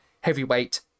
Heavyweight